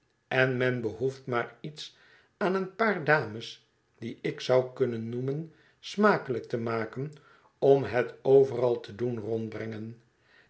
en men behoeft maar iets aan een paar dames die ik zou kunnen noemen smakelijk te maken om het overal te doen